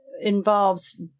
involves